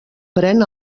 pren